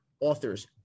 authors